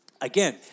Again